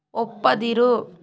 ಒಪ್ಪದಿರು